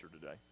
today